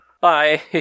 Bye